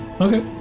Okay